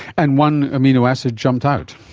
and one amino acid jumped out.